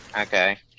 Okay